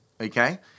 okay